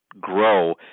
grow